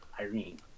Irene